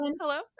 Hello